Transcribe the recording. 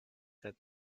said